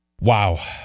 Wow